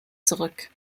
zurück